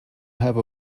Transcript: have